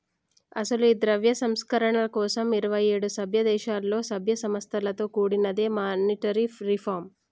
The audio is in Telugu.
అసలు ఈ ద్రవ్య సంస్కరణల కోసం ఇరువైఏడు సభ్య దేశాలలో సభ్య సంస్థలతో కూడినదే మానిటరీ రిఫార్మ్